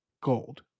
gold